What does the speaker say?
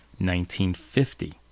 1950